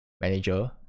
manager